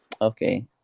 Okay